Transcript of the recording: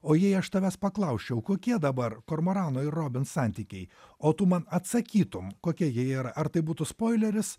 o jei aš tavęs paklausčiau kokie dabar kormorano ir robins santykiai o tu man atsakytum kokie jie yra ar tai būtų spoileris